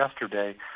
yesterday